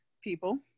people